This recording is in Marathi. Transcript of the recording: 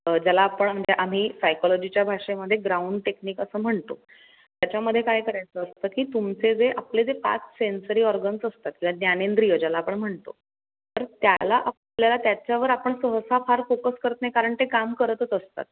ज्याला आपण म्हणजे आम्ही सायकॉलॉजीच्या भाषेमध्ये ग्राउंड टेक्निक असं म्हणतो त्याच्यामध्ये काय करायचं असतं की तुमचे जे आपले जे पाच सेन्सरी ऑर्गन्स असतात किंवा ज्ञानेंद्रिय ज्याला आपण म्हणतो तर त्याला आपल्याला त्याच्यावर आपण सहसा फार फोकस करत नाही कारण ते काम करतच असतात